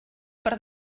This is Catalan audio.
per